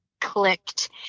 clicked